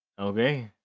Okay